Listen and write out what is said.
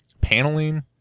paneling